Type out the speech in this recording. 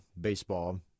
baseball